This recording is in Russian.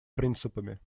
принципами